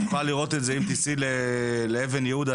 את יכולה לראות את זה אם תסעי לאבן יהודה,